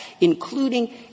including